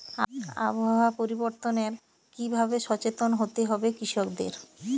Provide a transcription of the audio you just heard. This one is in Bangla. আবহাওয়া পরিবর্তনের কি ভাবে সচেতন হতে হবে কৃষকদের?